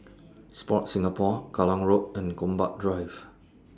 Sport Singapore Kallang Road and Gombak Drive